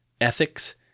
Ethics